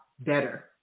better